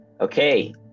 okay